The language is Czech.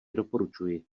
doporučuji